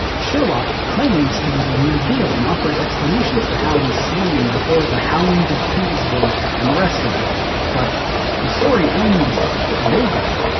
sherlock claims to be the real deal and offers explanations for how he's standing before the hound of coolsville and the rest of the gang but the story ends vaguely.